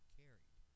carried